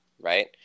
right